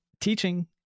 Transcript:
teaching